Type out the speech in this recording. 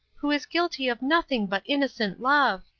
who is guilty of nothing but innocent love.